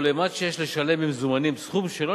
כל אימת שיש לשלם במזומנים סכום שלא